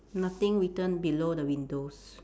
nothing written below the windows